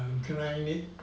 grind it